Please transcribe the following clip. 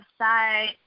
website